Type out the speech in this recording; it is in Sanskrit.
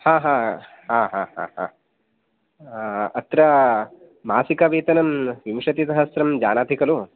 हा हा हा हा हा हा अत्र मासिकवेतनं विंशतिसहस्रं जानाति खलु